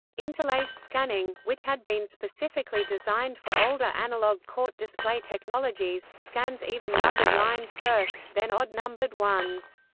interlaced scanning, which had been specifically designed for older analogue crt display technologies, scans even-numbered lines first, then odd-numbered ones.